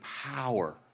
power